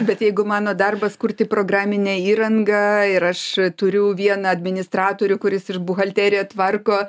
bet jeigu mano darbas kurti programinę įrangą ir aš a turiu vieną administratorių kuris ir buhalteriją tvarko